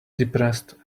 depressed